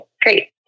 great